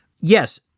Yes